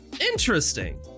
Interesting